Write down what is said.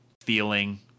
feeling